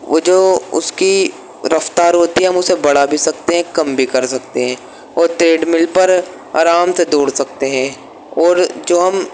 وہ جو اس کی رفتار ہوتی ہے ہم اسے بڑھا بھی سکتے ہیں کم بھی کر سکتے ہیں اور ٹریڈ مل پر آرام سے دوڑ سکتے ہیں اور جو ہم